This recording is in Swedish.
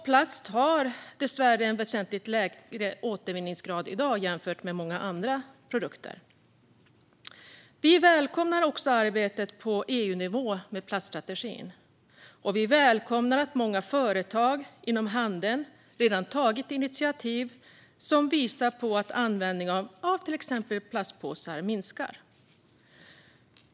Plast har i dag dessvärre en väsentligt lägre återvinningsgrad än många andra produkter. Liberalerna välkomnar arbetet på EU-nivå med en plaststrategi, liksom att många företag inom handeln redan tagit initiativ som gjort att användningen av till exempel plastpåsar minskar.